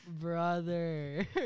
Brother